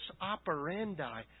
operandi